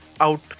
out